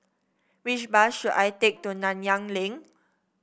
which bus should I take to Nanyang Link